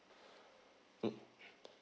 mm